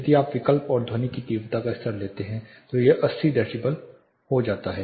यदि आप विकल्प और ध्वनि की तीव्रता का स्तर लेते हैं तो यह 80 डेसिबल हो जाता है